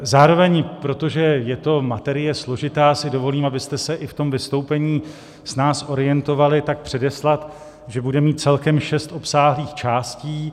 Zároveň, protože je to materie složitá, si dovolím abyste se i v tom vystoupení snadněji orientovali předeslat, že bude mít celkem šest obsáhlých částí.